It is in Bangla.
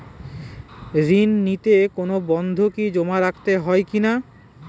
ঋণ নিতে কোনো বন্ধকি জমা রাখতে হয় কিনা?